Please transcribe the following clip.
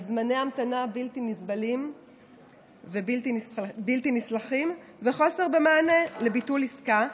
על זמני המתנה בלתי נסבלים ובלתי נסלחים וחוסר במענה לביטול עסקה.